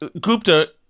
Gupta